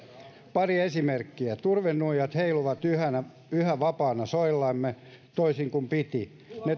pari esimerkkiä turvenuijat heiluvat yhä vapaana soillamme toisin kuin piti